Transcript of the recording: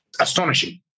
Astonishing